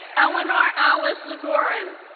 eleanor alice zagoren,